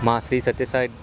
మా శ్రీ సత్యసాయి